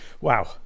Wow